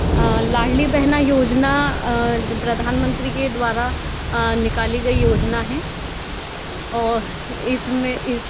लाडली बहना योजना प्रधानमंत्री के द्वारा निकाली गई योजना है और इसमें इस